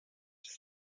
his